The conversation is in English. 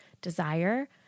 desire